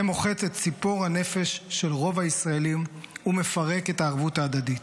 זה מוחץ את ציפור הנפש של רוב הישראלים ומפרק את הערבות ההדדית.